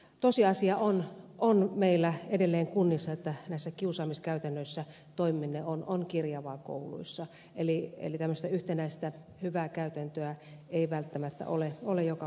tosiasia on meillä edelleen kunnissa että näissä kiusaamiskäytännöissä toimiminen on kirjavaa kouluissa eli tämmöistä yhtenäistä hyvää käytäntöä ei välttämättä ole joka paikassa